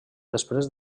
després